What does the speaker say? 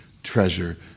Treasure